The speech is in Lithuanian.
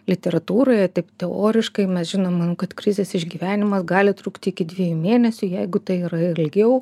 literatūroje taip teoriškai mes žinome kad krizės išgyvenimas gali trukti iki dviejų mėnesių jeigu tai yra ir ilgiau